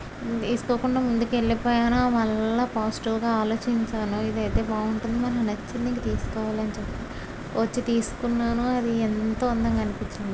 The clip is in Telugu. తీసుకోకుండా ముందుకి వెళ్లిపోయాను మళ్ళ పాసిటివ్ గా ఆలోచించాను ఇదయితే బాగుంటుందని నచ్చింది ఇంకా తీసుకోవాలి అని చెప్పి వచ్చి తీసుకున్నాను అది ఎంతో అందంగా అనిపించింది